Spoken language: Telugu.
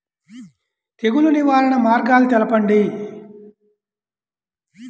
తెగులు నివారణ మార్గాలు తెలపండి?